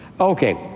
Okay